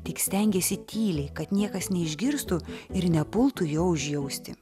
tik stengėsi tyliai kad niekas neišgirstų ir nepultų jo užjausti